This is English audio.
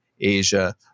Asia